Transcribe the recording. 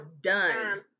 done